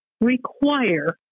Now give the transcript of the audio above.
require